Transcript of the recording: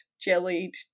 jellied